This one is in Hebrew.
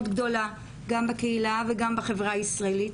גדולה - גם בקהילה וגם בחברה הישראלית.